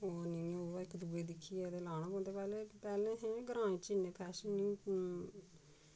ओह् नी होग बा इक दुए दिक्खियै ते लाने पौंदे पैह्ले पैह्ले हे ते ग्रांऽ च इन्ने फैशन नेईं